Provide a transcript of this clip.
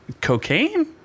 cocaine